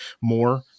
more